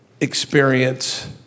experience